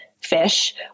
fish